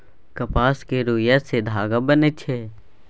कपास केर रूइया सँ धागा बनइ छै